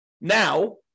now